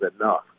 enough